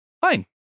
fine